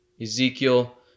Ezekiel